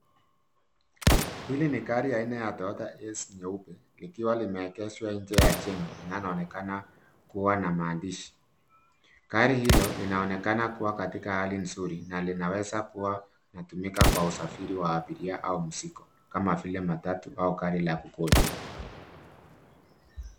Hili ni gari lenye jina. Kwenye upande wake kuna sehemu ya jengo inayoonekana ikiwa na maandishi. Gari hili linaonekana kuwa katika lensi na linaweza kuwa linatumika kwa usafiri wa abiria au muziki, kama vile matatu yanayotumika katika maeneo ya burudani.